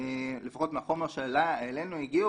לפחות מהחומר שאלינו הגיע,